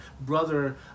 brother